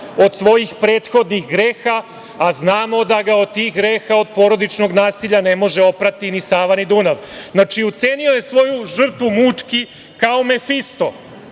od svojih prethodnih greha, a znamo da ga od tih greha, od porodičnog nasilja ne može oprati ni Sava, ni Dunav. Znači, ucenio je svoju žrtvu mučki, kao Mefisto,